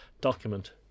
document